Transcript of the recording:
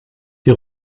die